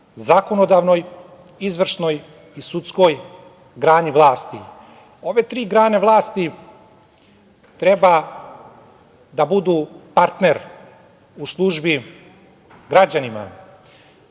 zakonodavnoj, izvršnoj i sudskoj grani vlasti. Ove tri grane vlasti treba da budu partner u službi građanima,